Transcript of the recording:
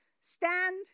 Stand